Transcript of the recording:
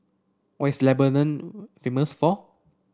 what is Lebanon famous for